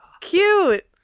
Cute